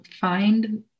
find